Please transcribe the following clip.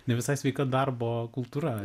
ne visai sveika darbo kultūra